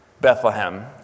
Bethlehem